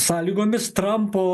sąlygomis trampo